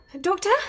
Doctor